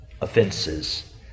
offenses